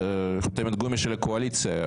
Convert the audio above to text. חותמת גומי של הקואליציה,